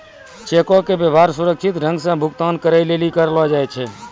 चेको के व्यवहार सुरक्षित ढंगो से भुगतान करै लेली करलो जाय छै